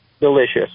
delicious